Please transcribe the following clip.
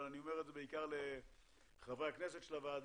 אבל אני אומר את זה בעיקר לחברי הכנסת של הוועדה,